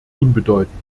unbedeutend